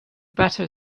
better